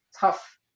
tough